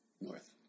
north